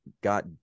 got